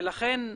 ולכן,